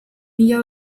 mila